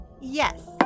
Yes